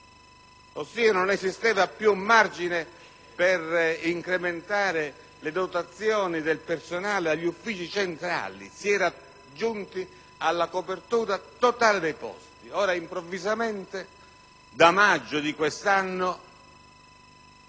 ossia che non esisteva più margine per incrementare le dotazioni del personale agli uffici centrali. Ripeto, si era giunti alla copertura totale dei posti. Ora improvvisamente, da maggio di quest'anno,